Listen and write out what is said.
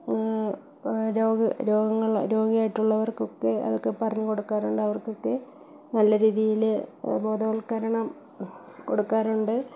രോഗ രോഗങ്ങള് രോഗിയായിട്ടുള്ളവർക്കൊക്കെ അതൊക്കെ പറഞ്ഞ് കൊടുക്കാറുണ്ട് അവർക്കൊക്കെ നല്ല രീതിയില് ബോധവൽക്കരണം കൊടുക്കാറുണ്ട്